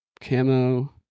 Camo